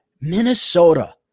Minnesota